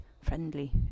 friendly